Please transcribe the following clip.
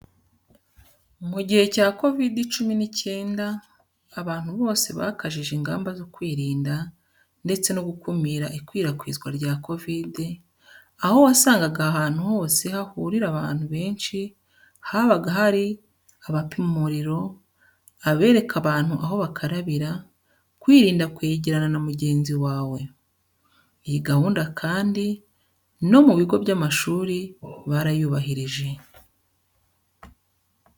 Mu gihe cya kovidi cumi n'icyenda, abantu bose bakajije ingamba zo kwirinda ndetse no gukumira ikwirakwizwa rya kovide, aho wasangaga ahantu hose hahurira abantu benshi habaga hari abapima umuriro, abereka ahantu aho bakarabira, kwirinda kwegerana na mugenzi wawe. Iyi gahunda kandi no mu bigo by'amashuri barayubahirije.